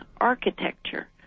architecture